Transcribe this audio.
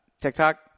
TikTok